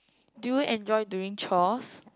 do you enjoy doing chores